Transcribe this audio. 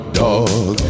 dog